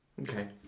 Okay